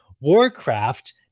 warcraft